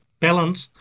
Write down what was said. balance